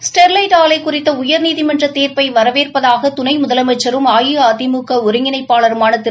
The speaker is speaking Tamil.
ஸ்டெர்லைட் ஆலை குறித்த உயர்நீதிமன்ற தீர்ப்பை வரவேற்பதாக துணை முதலமைச்சரும் அஇஅதிமுக ஒருங்கிணைப்பாளருமான திரு